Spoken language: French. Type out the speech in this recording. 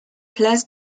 place